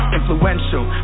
influential